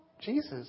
Jesus